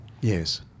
Yes